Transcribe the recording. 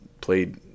played